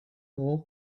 was